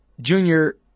junior